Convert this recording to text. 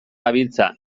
gabiltza